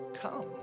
come